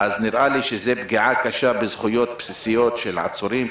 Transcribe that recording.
נראה לי שזה פגיעה קשה בזכויות בסיסיות של עצורים,